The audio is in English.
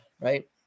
right